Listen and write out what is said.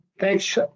Thanks